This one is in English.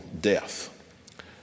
death